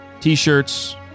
t-shirts